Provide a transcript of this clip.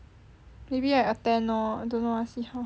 maybe I attend lor don't know ah see how